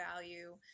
value